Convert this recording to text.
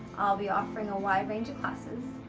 i'll be offering a wide range of classes,